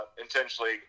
intentionally